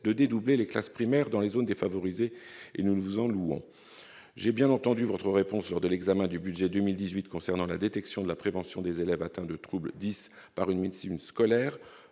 de dédoubler les classes primaires dans les zones défavorisées, et nous vous en louons. J'ai bien entendu votre réponse lors de l'examen du budget 2018, pour ce qui concerne la détection et la prévention des élèves atteints de troubles « dys » par une médecine scolaire